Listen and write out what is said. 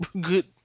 good